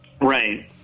Right